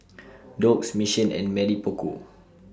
Doux Mission and Mamy Poko